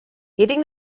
hitting